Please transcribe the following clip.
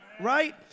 Right